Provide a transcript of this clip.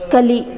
ಕಲಿ